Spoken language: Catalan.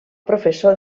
professor